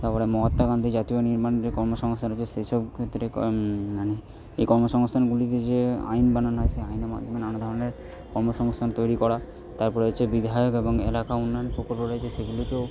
তারপরে মহত্মা গান্ধী জাতীয় নির্মাণ যে কর্মসংস্থান রয়েছে সেই সব ক্ষেত্রে কম মানে এই কর্মসংস্থানগুলিতে যে আইন বানানো হয় সেই আইন আমাদের নানা ধরনের কর্মসংস্থান তৈরি করা তারপরে হচ্ছে বিধায়ক এবং এলাকার অন্যান্য প্রকল্প রয়েছে সেগুলোকেও